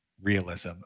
Realism